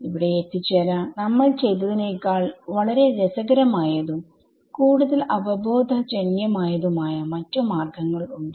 ഇവിടെ എത്തിച്ചേരാൻ നമ്മൾ ചെയ്തതിനേക്കാൾ വളരെ രസകരമായതുംകൂടുതൽ അവബോധജന്യമായതുമായ മറ്റു മാർഗങ്ങൾ ഉണ്ട്